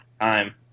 time